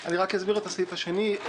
רק אסביר את הסעיף השני.